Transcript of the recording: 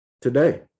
today